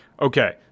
Okay